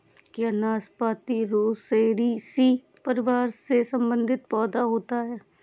क्या नाशपाती रोसैसी परिवार से संबंधित पौधा होता है?